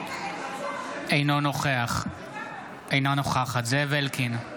אינה נוכחת זאב אלקין,